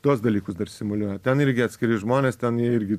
tuos dalykus dar simuliuoja ten irgi atskiri žmonės ten irgi